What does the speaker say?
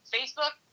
Facebook